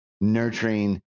nurturing